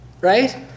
right